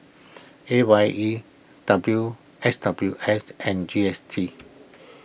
A Y E W S W S and G S T